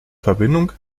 verbindung